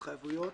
בהתחייבויות.